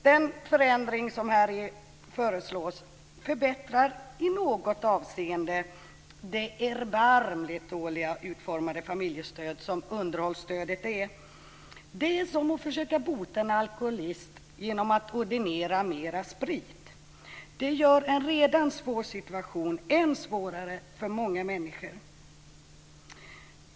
Den förändring som här föreslås förbättrar i något avseende det erbarmligt dåligt utformade familjestöd som underhållsstödet är. Det är som att försöka bota en alkoholist genom att ordinera mer sprit. Men det gör en redan svår situation ännu svårare för många människor.